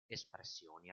espressioni